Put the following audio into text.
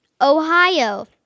Ohio